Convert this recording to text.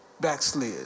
backslid